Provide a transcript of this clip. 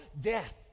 death